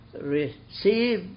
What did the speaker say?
receive